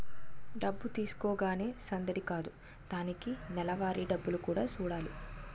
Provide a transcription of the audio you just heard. డబ్బు తీసుకోగానే సందడి కాదు దానికి నెలవారీ డబ్బులు కూడా సూడాలి